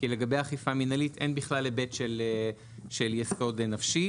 כי לגבי אכיפה מינהלית אין בכלל היבט של יסוד נפשי.